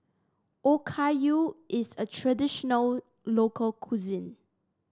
okayu is a traditional local cuisine